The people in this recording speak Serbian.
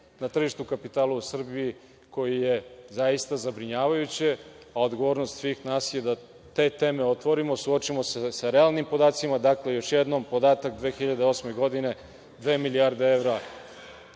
na tržištu kapitala u Srbiji koje je zaista zabrinjavajuće, a odgovornost svih nas je da te teme otvorimo, suočimo se sa realnim podacima. Dakle, još jednom, podatak 2008. godine - dve milijarde evra